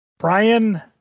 Brian